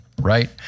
right